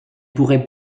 pourrait